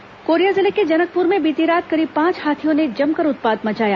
हाथी आतंक कोरिया जिले के जनकपुर में बीती रात करीब पांच हाथियों ने जमकर उत्पात मचाया